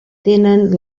tenen